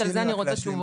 על זה אני רוצה תשובות.